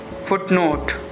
Footnote